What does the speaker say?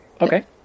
okay